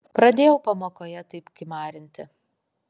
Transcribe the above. pradėjau pamokoje taip kimarinti